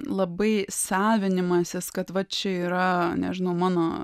labai savinimasis kad va čia yra nežinau mano